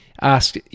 ask